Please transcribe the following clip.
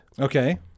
Okay